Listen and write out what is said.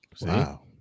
Wow